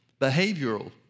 behavioral